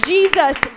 Jesus